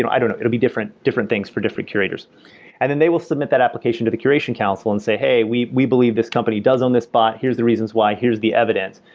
i don't know. it'll be different different things for different curators and then they will submit that application to the curation council and say, hey, we we believe this company does on this bot. here's the reasons why, here's the evidence.